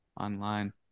online